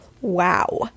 Wow